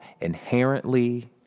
Inherently